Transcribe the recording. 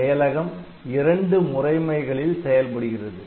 செயலகம் இரண்டு முறைமைகளில் செயல்படுகிறது